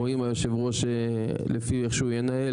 רואים יושב הראש לפי איך שהוא ינהל,